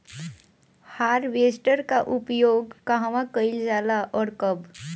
Harvester का उपयोग कहवा कइल जाला और कब?